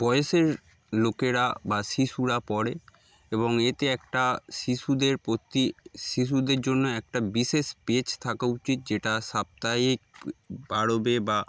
বয়সের লোকেরা বা শিশুরা পড়ে এবং এতে একটা শিশুদের প্রতি শিশুদের জন্য একটা বিশেষ পেজ থাকা উচিত যেটা সাপ্তাহিক বাড়বে বা